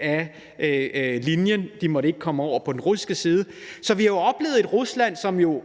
af linjen – de måtte ikke komme over på den russiske side. Så vi har oplevet et Rusland, som jo